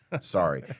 Sorry